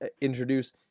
introduce